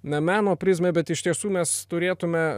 na meno prizmę bet iš tiesų mes turėtume